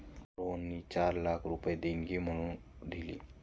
रुहानीने चार लाख रुपये देणगी म्हणून दिले